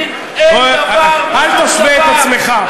אל תשווה את עצמך.